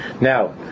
Now